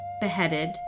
beheaded